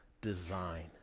design